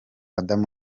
adam